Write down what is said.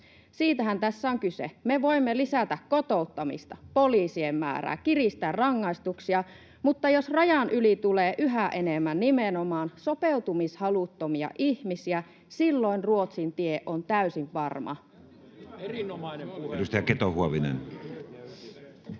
Siitähän tässä on kyse. Me voimme lisätä kotouttamista, poliisien määrää, kiristää rangaistuksia, mutta jos rajan yli tulee yhä enemmän nimenomaan sopeutumishaluttomia ihmisiä, silloin Ruotsin tie on täysin varma.